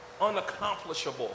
unaccomplishable